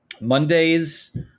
Mondays